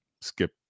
skip